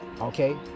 okay